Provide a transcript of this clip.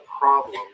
problem